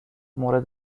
مورد